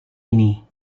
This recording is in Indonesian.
ini